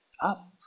Up